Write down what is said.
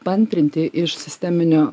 paantrinti iš sisteminio